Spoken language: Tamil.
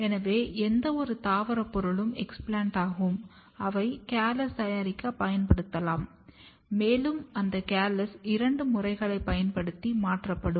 எனவே எந்தவொரு தாவரப் பொருளும் எஸ்பிளண்டாகும் அவை கேலஸ் தயாரிக்க பயன்படுத்தப்படலாம் மேலும் அந்த கேலஸ் இரண்டு முறைகளைப் பயன்படுத்தி மாற்றப்படும்